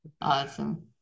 awesome